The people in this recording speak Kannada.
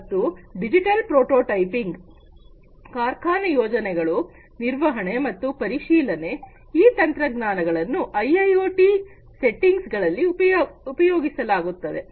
ಮತ್ತು ಡಿಜಿಟಲ್ ಪ್ರೋಟೋಟೈಪಿಂಗ್ ಕಾರ್ಖಾನೆ ಯೋಜನೆಗಳು ನಿರ್ವಹಣೆ ಮತ್ತು ಪರಿಶೀಲನೆ ಈ ತಂತ್ರಜ್ಞಾನಗಳನ್ನು ಐಐಓಟಿ ವ್ಯವಸ್ಥೆಗಳಲ್ಲಿ ಉಪಯೋಗಿಸುತ್ತಾರೆ